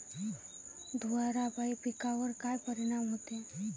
धुवारापाई पिकावर का परीनाम होते?